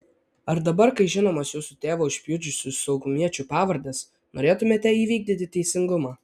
ar dabar kai žinomos jūsų tėvą užpjudžiusių saugumiečių pavardės norėtumėte įvykdyti teisingumą